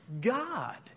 God